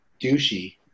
douchey